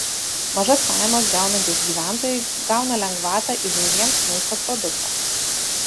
mažas pajamas gaunantys gyventojai gauna lengvatą įvairiems maisto produktams